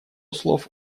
слов